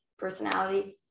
personality